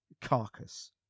Carcass